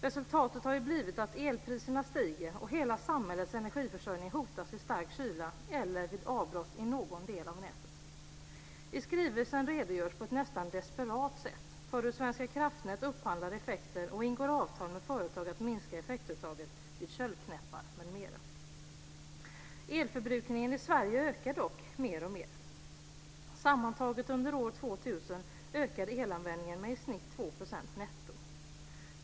Resultatet har blivit att elpriserna stiger, och hela samhällets energiförsörjning hotas vid stark kyla eller vid avbrott i någon del av nätet. I skrivelsen redogörs på ett nästan desperat sätt för hur Svenska kraftnät upphandlar effekter och ingår avtal med företag att minska effektuttaget vid köldknäppar m.m. Elförbrukningen i Sverige ökar dock mer och mer. Sammantaget under år 2000 ökade elanvändningen med i snitt 2 % netto.